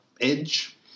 edge